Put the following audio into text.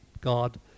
God